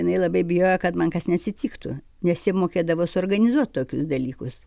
jinai labai bijojo kad man kas neatsitiktų nes jie mokėdavo suorganizuot tokius dalykus